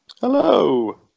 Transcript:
Hello